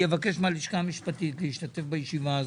אני אבקש מהלשכה המשפטית להשתתף בישיבה הזאת,